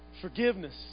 Forgiveness